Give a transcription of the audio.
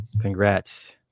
Congrats